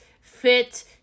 fit